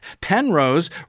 Penrose